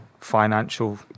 financial